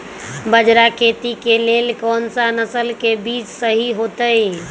बाजरा खेती के लेल कोन सा नसल के बीज सही होतइ?